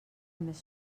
més